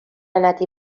anat